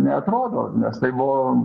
neatrodo nes tai buvo